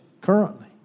currently